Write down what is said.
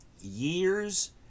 years